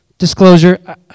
Disclosure